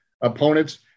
opponents